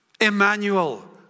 Emmanuel